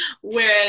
whereas